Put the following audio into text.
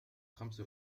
خمس